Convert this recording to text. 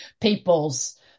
peoples